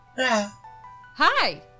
Hi